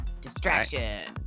Distraction